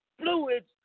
fluids